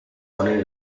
ponen